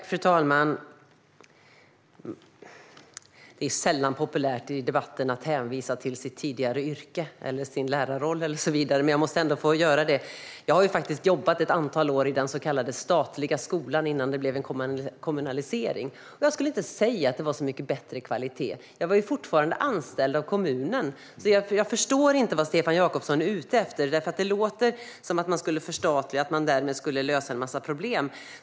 Fru talman! Det är sällan populärt att i debatten hänvisa till sitt tidigare yrke eller till sin lärarroll, men jag måste ändå få göra det. Jag har faktiskt jobbat ett antal år i den så kallade statliga skolan innan det skedde en kommunalisering, och jag skulle inte säga att kvaliteten var så mycket bättre då. Jag var ju fortfarande anställd av kommunen. Jag förstår inte vad Stefan Jakobsson är ute efter. Det låter som att man genom att förstatliga skolan skulle lösa en massa problem.